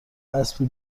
اسبی